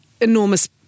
enormous